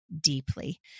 deeply